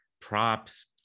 props